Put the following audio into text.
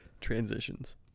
transitions